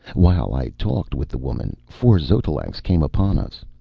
while i talked with the woman, four xotalancas came upon us!